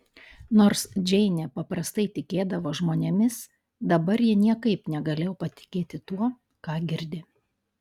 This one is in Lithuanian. nors džeinė paprastai tikėdavo žmonėmis dabar ji niekaip negalėjo patikėti tuo ką girdi